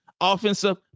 offensive